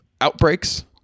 outbreaks